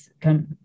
come